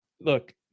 Look